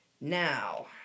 now